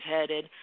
headed